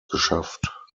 geschafft